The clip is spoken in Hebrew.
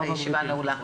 הישיבה נעולה.